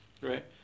right